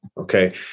Okay